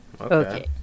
Okay